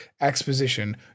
exposition